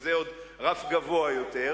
שזה עוד רף גבוה יותר.